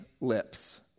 lips